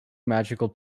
magical